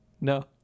No